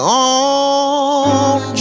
on